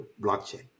blockchain